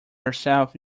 herself